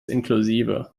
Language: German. inklusive